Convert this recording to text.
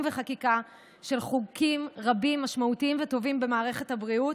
החקיקה של חוקים רבים משמעותיים וטובים במערכת הבריאות,